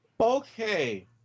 Okay